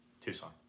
tucson